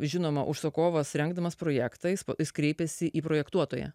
žinoma užsakovas rengdamas projektą jis kreipėsi į projektuotoją